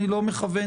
אני מבקש